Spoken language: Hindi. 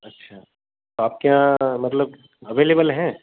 अच्छा तो आपके यहाँ मतलब अवेलेबल हैं